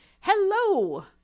Hello